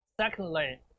Secondly